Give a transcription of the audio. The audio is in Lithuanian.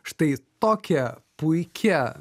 štai tokia puikia